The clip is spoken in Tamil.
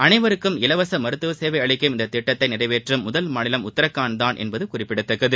அனைவருக்கும் இலவச மருத்துவசேவை அளிக்கும் இந்த திட்டத்தை நிறைவேற்றும் முதல் மாநிலம் உத்தரகாண்ட் தான் என்பது குறிப்பிடத்தக்கது